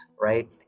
right